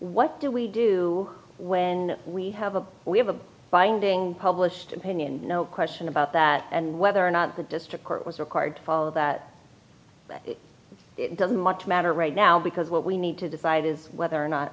what do we do when we have a we have a binding published pinioned no question about that and whether or not the district court was required that it doesn't much matter right now because what we need to decide is whether or not